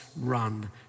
run